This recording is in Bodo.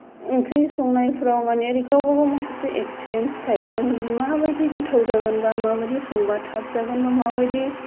ओंख्रि संनायफोराव माने ओरै गावबा गाव माखासे एक्सपिरियेन्स थायो नों माबायादि गोथाव जागोन बा माबायदि संबा थाब जागोन बा माबायदि